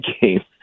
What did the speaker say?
game